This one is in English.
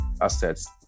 assets